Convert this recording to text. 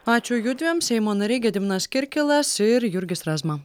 ačiū judviem seimo nariai gediminas kirkilas ir jurgis razma